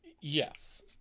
Yes